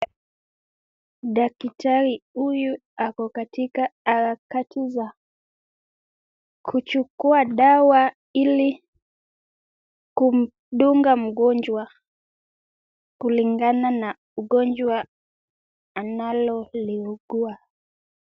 Dakitari huyu ako katika harakati za kuchukua dawa ili kumdunga mgonjwa kulingana na ugonjwa analo liugua.